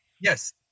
Yes